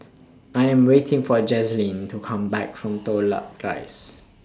I Am waiting For Jazlyn to Come Back from Toh Luck Rise